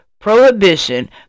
prohibition